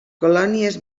colònies